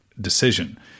decision